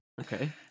Okay